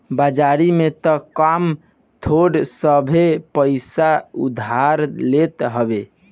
बाजारी में तअ कम थोड़ सभे पईसा उधार लेत हवे